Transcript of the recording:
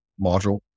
module